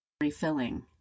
refilling